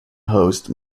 host